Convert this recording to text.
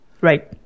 Right